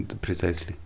precisely